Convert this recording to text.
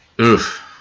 oof